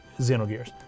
Xenogears